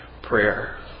prayer